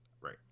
right